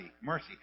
mercy